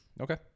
Okay